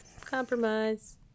Compromise